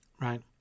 Right